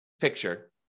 picture